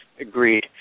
Agreed